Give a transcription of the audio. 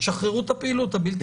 תשחררו את הפעילות הבלתי-פורמלית.